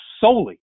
solely